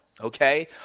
Okay